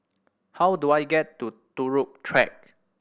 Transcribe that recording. how do I get to Turut Track